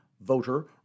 voter